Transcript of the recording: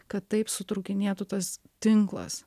kad taip sutrūkinėtų tas tinklas